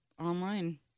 online